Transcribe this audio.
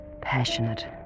passionate